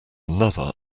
another